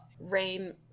rain